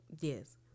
Yes